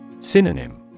Synonym